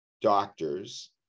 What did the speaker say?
doctors